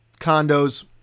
condos